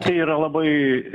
tai yra labai